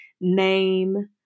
name